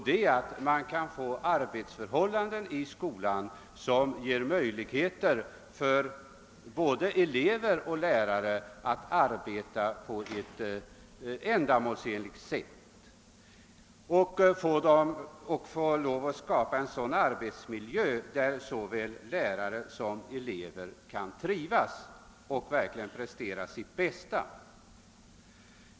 Det är att få arbetsförhållanden i skolan som ger möjligheter för både elever och lärare att arbeta på ett ändamålsenligt sätt och att skapa en arbetsmiljö där såväl lärare som elever kan trivas och verkligen prestera sitt bästa.